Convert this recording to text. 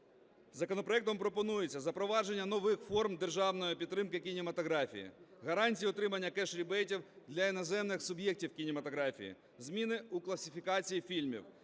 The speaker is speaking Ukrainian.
Законопроектом пропонується: запровадження нових форм державної підтримки кінематографії; гарантії отримання кешрібейтів для іноземних суб'єктів кінематографії; зміни у класифікації фільмів;